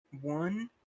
one